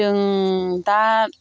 जों दा